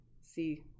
see